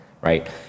Right